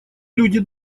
люди